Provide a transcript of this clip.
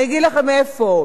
אני אגיד לכם איפה,